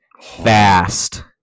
fast